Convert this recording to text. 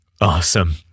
Awesome